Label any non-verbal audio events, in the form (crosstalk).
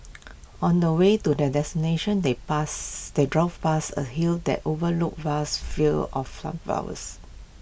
(noise) on the way to their destination they past they drove past A hill that overlooked vast fields of sunflowers